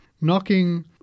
knocking